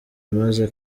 amaze